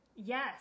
Yes